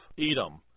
Edom